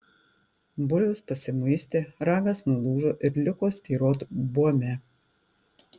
bulius pasimuistė ragas nulūžo ir liko styrot buome